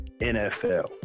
NFL